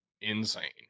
insane